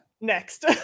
Next